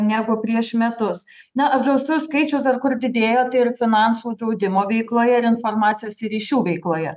negu prieš metus na apdraustųjų skaičių dar kur didėjo tai ir finansų draudimo veikloje ir informacijos ir ryšių veikloje